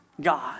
God